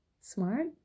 smart